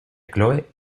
chole